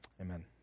Amen